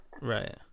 right